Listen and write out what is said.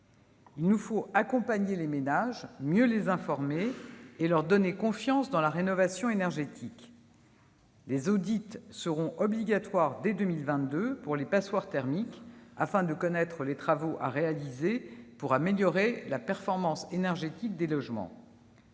Il nous faut accompagner les ménages, mieux les informer et leur donner confiance dans la rénovation énergétique. Les audits seront obligatoires dès 2022 pour les passoires thermiques, afin de connaître les travaux à réaliser pour améliorer la performance énergétique de ces logements.